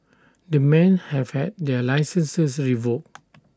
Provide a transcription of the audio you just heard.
the men have had their licences revoked